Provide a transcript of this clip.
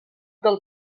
del